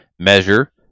Measure